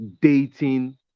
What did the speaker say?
dating